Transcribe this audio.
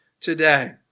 today